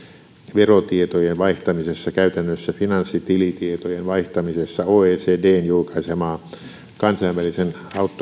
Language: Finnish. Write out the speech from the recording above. verotietojen vaihtamisessa käytännössä finanssitilitietojen vaihtamisessa oecdn julkaisemaa kansainvälisen